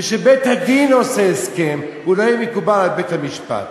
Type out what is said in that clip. וכשבית-הדין עושה הסכם הוא לא יהיה מקובל על בית-המשפט?